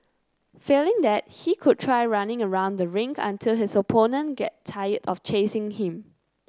failing that he could try running around the ring until his opponent get tired of chasing him